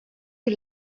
you